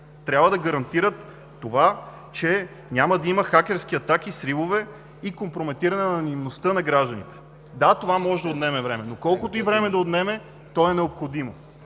сигурността на вота, че няма да има хакерски атаки, сривове и компрометиране на анонимността на гражданите. Да, това може да отнеме време, но колкото и време да отнеме, то е необходимо.